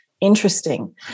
interesting